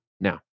now